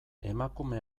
emakume